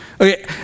okay